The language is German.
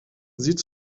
sieht